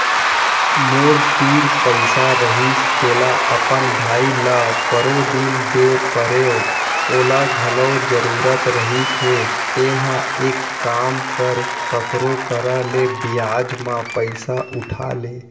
मोर तीर पइसा रहिस तेला अपन भाई ल परोदिन दे परेव ओला घलौ जरूरत रहिस हे तेंहा एक काम कर कखरो करा ले बियाज म पइसा उठा ले